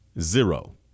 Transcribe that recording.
zero